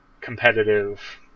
competitive